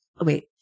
wait